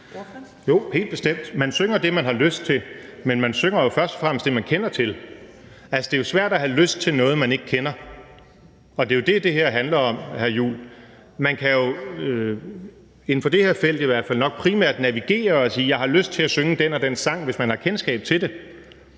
Jo, helt bestemt. Man synger det, man har lyst til, men man synger jo først og fremmest det, man kender til. Altså, det er jo svært at have lyst til noget, man ikke kender, og det er jo det, det her handler om, hr. Christian Juhl. Man kan jo, inden for det her felt i hvert fald, nok primært navigere og sige, at man har lyst til at synge den og den sang, hvis man har kendskab til det.